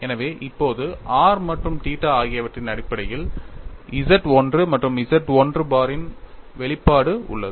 எனவே இப்போது r மற்றும் θ ஆகியவற்றின் அடிப்படையில் Z 1 மற்றும் Z 1 பாரின் வெளிப்பாடு உள்ளது